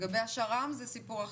לגבי השר"מ זה סיפור אחר.